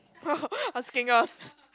asking us